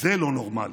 זה לא נורמלי.